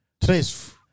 Today's